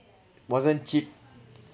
wasn't cheap